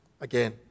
again